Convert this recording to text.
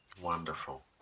Wonderful